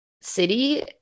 city